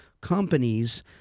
companies